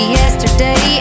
yesterday